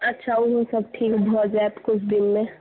अच्छा ओहो सब ठीक भऽ जाएत किछु दिनमे